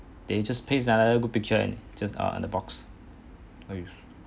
they just paste another good picture and just err on the box